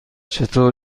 چطور